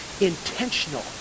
intentional